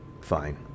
fine